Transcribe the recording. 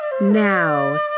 Now